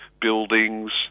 buildings